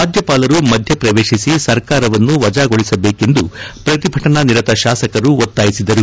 ರಾಜ್ಯಪಾಲರು ಮಧ್ಯ ಪ್ರವೇಶಿಸಿ ಸರ್ಕಾರವನ್ನು ವಜಾಗೊಳಿಸಬೇಕೆಂದು ಪ್ರತಿಭಟನಾನಿರತ ಶಾಸಕರು ಒತ್ತಾಯಿಸಿದರು